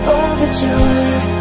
overjoyed